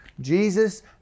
Jesus